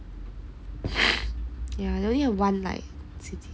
only have one night